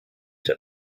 der